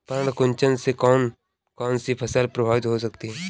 पर्ण कुंचन से कौन कौन सी फसल प्रभावित हो सकती है?